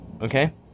okay